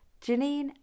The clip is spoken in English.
Janine